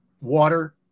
water